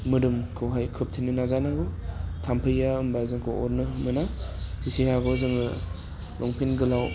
मोदोमखौहाय खोबथेनो नाजानांगौ थाम्फैआ होमबा जोंखौ अरनो मोना जेसे हागौ जोङो लंफेन्ट गोलाव